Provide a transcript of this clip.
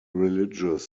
religious